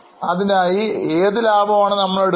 ഇതിനായി ഏത് ലാഭം ആണ് നമ്മൾ എടുക്കുക